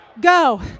go